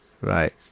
right